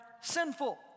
sinful